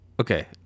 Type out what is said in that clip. Okay